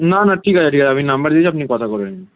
না না ঠিক আছে ঠিক আছে আমি নাম্বার দিয়েছি আপনি কথা বলে নিন